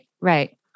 right